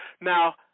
Now